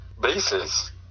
bases